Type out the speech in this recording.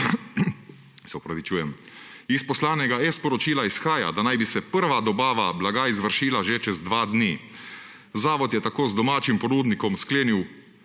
17. aprila«. Iz poslanega e-sporočila izhaja, da naj bi se prva dobava blaga izvršila že čez dva dni. Zavod je tako z domačim ponudnikom sklenil